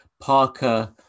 Parker